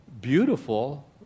beautiful